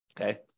Okay